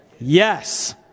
Yes